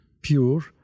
pure